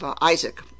Isaac